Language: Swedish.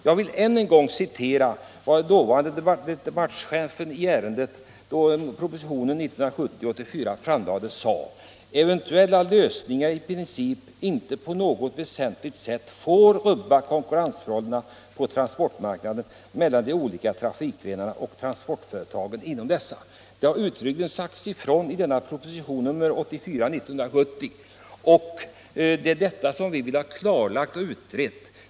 Jag vill än en gång citera vad dåvarande departementschefen anförde i ärendet i propositionen 1970:84, nämligen att ”eventuella lösningar i princip inte på något väsentligt sätt får rubba konkurrensförhållandena på transportmarknaden mellan de olika trafikgrenarna och transportföretagen inom dessa”. Så sägs det alltså uttryckligen i propositionen 84 år 1970, och det är just detta som vi vill ha klarlagt och utrett.